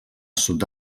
sud